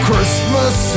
Christmas